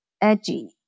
edgy